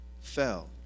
fell